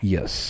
Yes